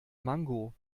mango